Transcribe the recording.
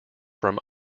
from